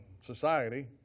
society